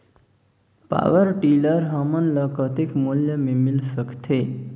Power tiller हमन ल कतेक मूल्य मे मिल सकथे?